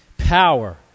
power